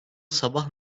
sabah